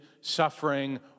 suffering